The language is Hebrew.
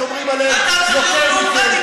ושומרים עליהם, יותר מכם.